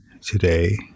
today